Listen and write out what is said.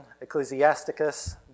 Ecclesiasticus